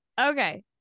Okay